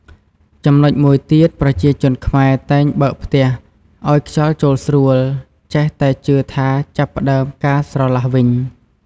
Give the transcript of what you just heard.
ចំណុចមួយទៀតប្រជាជនខ្មែរតែងបើកផ្ទះ ឲ្យខ្យល់ចូលស្រួល ចេះតែជឿថាចាប់ផ្ដើមការស្រឡះវិញ។